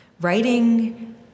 writing